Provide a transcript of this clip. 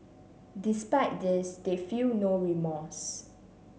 despite this they feel no remorse